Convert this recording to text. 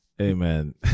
Amen